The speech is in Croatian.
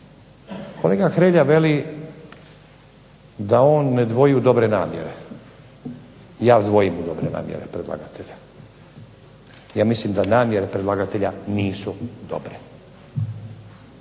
Kolega Hrelja veli da on ne dvoji u dobre namjere. Ja dvojim u dobre namjere predlagatelja. Ja mislim da namjere predlagatelja nisu dobre.